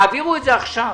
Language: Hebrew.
תעבירו את זה עכשיו,